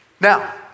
Now